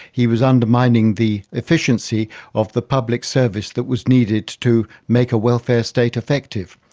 he was undermining the efficiency of the public service that was needed to make a welfare state effective.